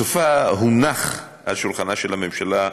בסופה הונח על שולחנה של הממשלה,